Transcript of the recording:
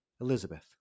Elizabeth